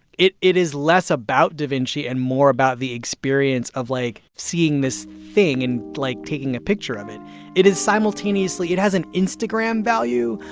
it it is less about davinci and more about the experience of, like, seeing this thing and, like, taking a picture of it. it is simultaneously it has an instagram value,